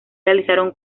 realizaron